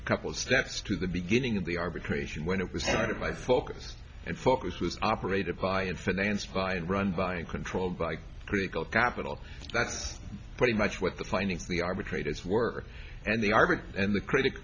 a couple of steps to the beginning of the arbitration when it was my focus and focus was operated by it financed by and run by and controlled by critical capital that's pretty much what the findings of the arbitrators were and they are big and the critical